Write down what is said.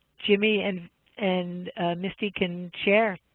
jimmy and and misty can share.